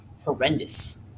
horrendous